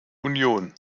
union